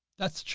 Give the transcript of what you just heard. that's true.